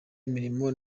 imirimo